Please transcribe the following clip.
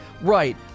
Right